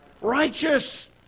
Righteous